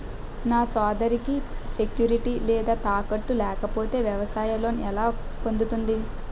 నా సోదరికి సెక్యూరిటీ లేదా తాకట్టు లేకపోతే వ్యవసాయ లోన్ ఎలా పొందుతుంది?